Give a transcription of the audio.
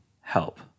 Help